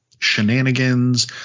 shenanigans